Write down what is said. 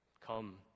come